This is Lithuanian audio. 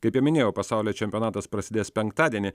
kaip jau minėjau pasaulio čempionatas prasidės penktadienį